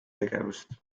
tegevust